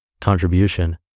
Contribution